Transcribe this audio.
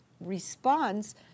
responds